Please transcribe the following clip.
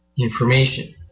information